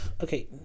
Okay